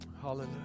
Hallelujah